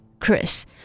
Chris